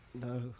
no